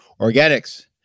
Organics